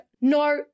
no